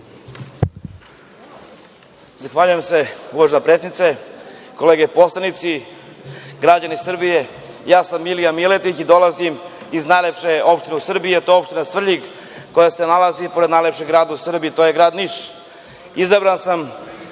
Zahvaljujem se. Uvažena predsednice, kolege poslanici, građani Srbije, ja sam Milija Miletić i dolazim iz najlepše opštine u Srbiji, a to je opština Svrljig, koja se nalazi pored najlepšeg grada u Srbiji, a to je grad Niš. Izabran sam